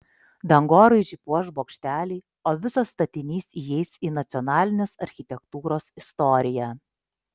dangoraižį puoš bokšteliai o visas statinys įeis į nacionalinės architektūros istoriją